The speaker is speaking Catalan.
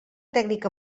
tècnica